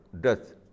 death